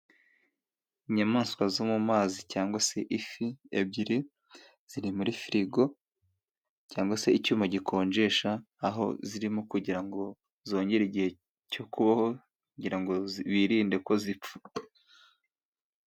Inyamaswa zo mu mumazi, cyangwa se ifi ebyiri, ziri muri firigo, cyangwa se icyuma gikonjesha, aho zirimo kugira ngo zongere igihe cyo kubaho, kugira ngo birinde ko zipfa.